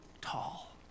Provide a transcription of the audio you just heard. tall